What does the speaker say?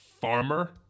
farmer